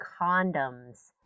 condoms